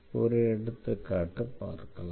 ஒரு எடுத்துக்காட்டை பார்க்கலாம்